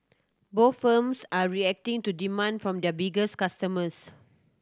both firms are reacting to demand from their biggest customers